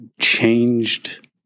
changed